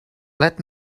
let